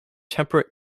temperate